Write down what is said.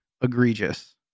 egregious